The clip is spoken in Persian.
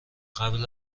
قبل